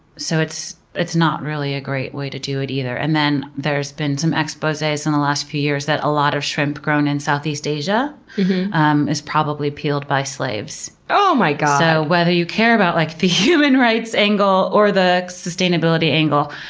so it's it's not really a great way to do it either. and then there's been some exposes in the last few years that a lot of shrimp grown in southeast asia um is probably peeled by slaves. oh my god! so whether you care about like the human rights angle or the sustainability angle,